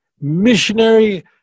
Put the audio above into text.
missionary